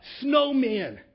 snowmen